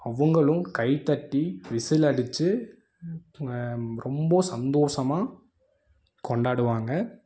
அவங்களும் கைத்தட்டி விசில் அடிச்சு ரொம்ப சந்தோஷமாக கொண்டாடுவாங்க